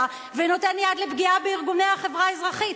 ונותן יד לפגיעה בארגוני החברה האזרחית.